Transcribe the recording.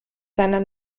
seiner